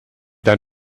dein